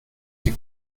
sie